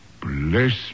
bless